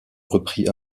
reprit